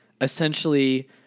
essentially